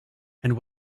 and